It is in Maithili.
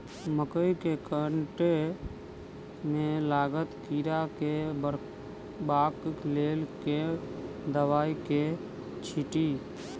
मकई केँ घेँट मे लागल कीड़ा केँ मारबाक लेल केँ दवाई केँ छीटि?